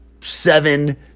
seven